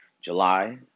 July